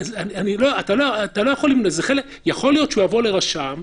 יכול להיות שיבוא לרשם ויגיד: